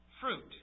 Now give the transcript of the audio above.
fruit